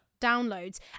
downloads